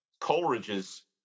Coleridge's